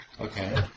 Okay